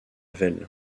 vesle